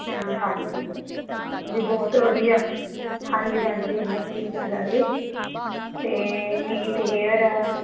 ਹਾਂਜੀ ਵੀ ਬਹੁਤ ਵਧੀਆ ਹਾਂਜੀ ਹਾਂਜੀ ਇਹਨਾਂ ਦੇ ਲੀਡਰ ਹੈਗੇ ਅਤੇ ਮੀਤ ਹੇਅਰ